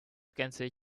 cancer